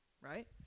right